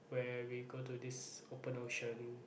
where we go to this open ocean